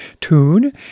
tune